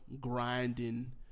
grinding